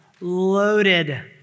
loaded